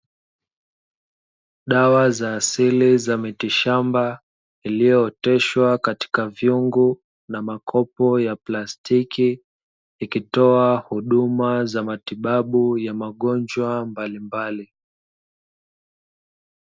Dawa za asili za miti shamba iliooteshwa katika vyungu na makopo ya plastiki, ikitoa huduma za matibabu ya magonjwa mbalimbali.